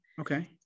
Okay